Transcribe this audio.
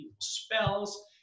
spells